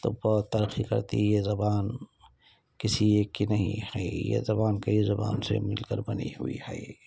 تو بہت ترقی کرتی ہے یہ زبان کسی ایک کی نہیں ہے یہ زبان کئی زبان سے مل کر بنی ہوئی ہے